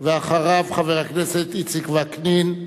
ואחריו, חבר הכנסת איציק וקנין.